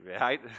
right